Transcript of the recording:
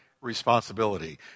responsibility